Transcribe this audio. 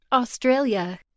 Australia